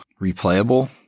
replayable